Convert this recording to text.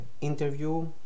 interview